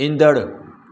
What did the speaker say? ईंदड़ु